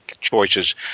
choices